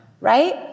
right